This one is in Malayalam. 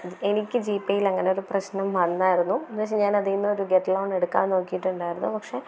എനിക്ക് ജീപേയിലങ്ങനെയൊരു പ്രശ്നം വന്നിരുന്നു എന്നുവെച്ചാൽ ഞാൻ അതിൽ നിന്നൊരു ഗെറ്റ് ലോൺ എടുക്കാൻ നോക്കിയിട്ടുണ്ടായിരുന്നു പക്ഷെ